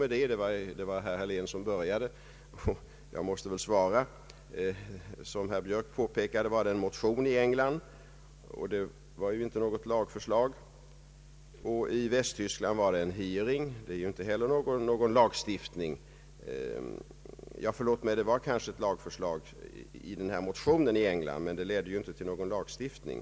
Det var ju herr Helén som började, och jag måste väl svara. Som herr Björk påpekade, var det i England en motion och inte något lagförslag. I Västtyskland var det en hearing. Det är ju inte heller någon lagstiftning. Förlåt mig, det var kanske ett lagförslag i motionen i England, men det ledde inte till någon lagstiftning.